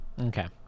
okay